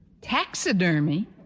Taxidermy